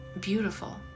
beautiful